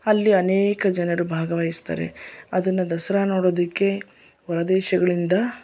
ಅಲ್ಲಿ ಅನೇಕ ಜನರು ಭಾಗವಹಿಸ್ತಾರೆ ಅದನ್ನು ದಸರಾ ನೋಡೋದಕ್ಕೆ ಹೊರ ದೇಶಗಳಿಂದ